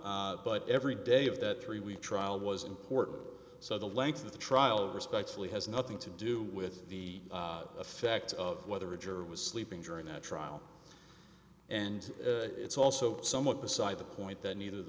but every day of that three week trial was important so the length of the trial respectfully has nothing to do with the affect of whether a juror was sleeping during that trial and it's also somewhat beside the point that ne